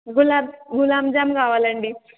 గులాబ్ గులాం జామ్ కావాలండి